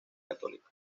católica